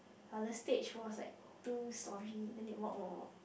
but the stage was like two storey then they walk walk walk